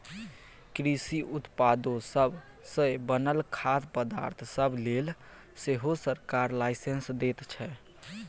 कृषि उत्पादो सब सँ बनल खाद्य पदार्थ सब लेल सेहो सरकार लाइसेंस दैत छै